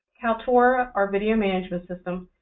kaltura, our video management system.